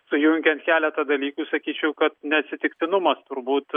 sujungiant keletą dalykų sakyčiau kad neatsitiktinumas turbūt